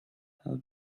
how